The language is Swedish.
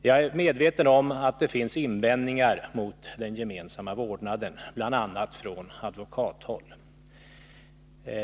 Jag är medveten om att det finns invändningar mot den gemensamma vårdnaden, bl.a. från advokathåll.